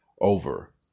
over